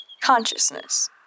consciousness